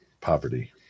Poverty